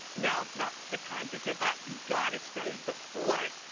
now's not the time to give up. you gotta stay the course.